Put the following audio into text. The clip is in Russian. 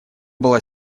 была